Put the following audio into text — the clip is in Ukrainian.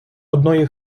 одної